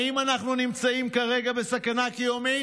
האם אנחנו נמצאים כרגע בסכנה קיומית?